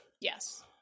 Yes